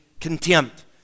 contempt